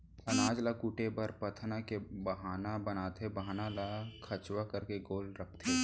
अनाज ल कूटे बर पथना के बाहना बनाथे, बाहना ल खंचवा करके गोल रखथें